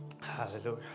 Hallelujah